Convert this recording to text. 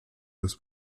des